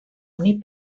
unir